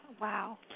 Wow